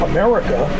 America